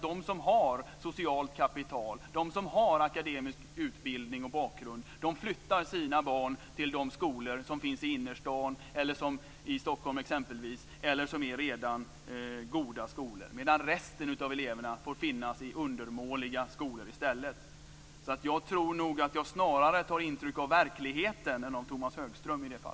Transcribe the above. De som har socialt kapital, de som har akademisk utbildning och bakgrund, flyttar sina barn till de skolor som finns t.ex. i Stockholms innerstad eller som redan är goda skolor. Resten av eleverna får finna sig i undermåliga skolor. Jag tar nog snarare intryck av verkligheten än av